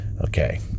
Okay